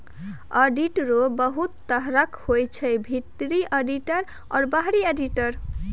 आडिटरो बहुत तरहक होइ छै भीतरी आडिटर आ बाहरी आडिटर